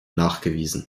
nachgewiesen